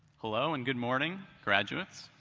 hello and good morning, graduates.